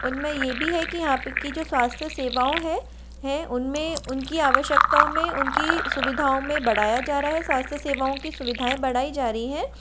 उन में ये भी है कि यहाँ पर की जो स्वास्थ्य सेवाएँ हैं हैं उन में उनकी आवश्यकताओं में उनकी सुविधाओं में बढ़ाया जा रहा है स्वास्थ्य सेवाओं की सुविधाएँ बढ़ाई जा रही हैं